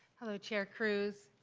hello, chair cruz,